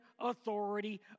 authority